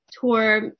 tour